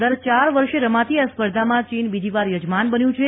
દર ચાર વર્ષે રમાતી આ સ્પર્ધામાં ચીન બીજીવાર યજમાન બન્યું છે